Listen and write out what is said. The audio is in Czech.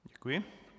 Děkuji.